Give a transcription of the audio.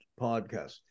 podcast